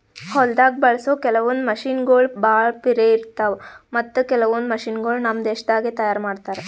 ಹೊಲ್ದಾಗ ಬಳಸೋ ಕೆಲವೊಂದ್ ಮಷಿನಗೋಳ್ ಭಾಳ್ ಪಿರೆ ಇರ್ತಾವ ಮತ್ತ್ ಕೆಲವೊಂದ್ ಮಷಿನಗೋಳ್ ನಮ್ ದೇಶದಾಗೆ ತಯಾರ್ ಮಾಡ್ತಾರಾ